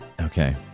okay